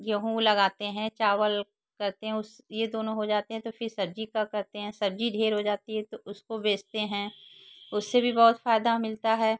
गेहूँ लगाते हैं चावल करते हैं उस ये दोनों हो जाते हैं तो फिर सब्ज़ी का करते हैं सब्ज़ी ढेर हो जाती है तो उसको बेचते हैं उससे भी बहुत फ़ायदा मिलता है